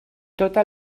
tota